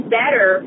better